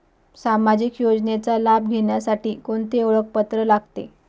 सामाजिक योजनेचा लाभ घेण्यासाठी कोणते ओळखपत्र लागते?